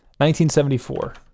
1974